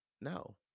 No